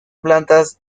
plantas